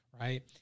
Right